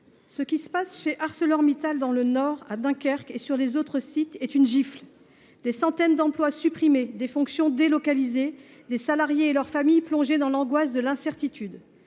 ce qui se passe chez ArcelorMittal dans le Nord, à Dunkerque et sur les autres sites est une gifle. Des centaines d'emplois supprimés, des fonctions délocalisées, des salariés et leurs familles plongées dans l'angoisse de l'incertitude.